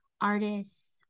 artists